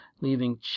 leaving